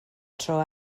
tro